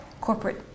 corporate